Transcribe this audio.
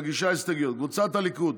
מגישי ההסתייגויות: קבוצת סיעת הליכוד,